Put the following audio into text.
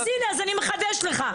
אז הנה, אני מחדשת לך.